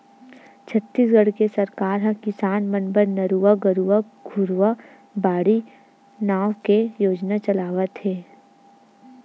छत्तीसगढ़ के सरकार ह किसान मन बर नरूवा, गरूवा, घुरूवा, बाड़ी नांव के योजना चलावत हे